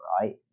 right